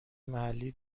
محلی